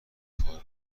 کار